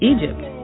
Egypt